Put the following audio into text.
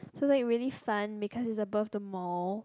so that it really fun because it's above the mall